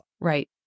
right